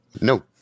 no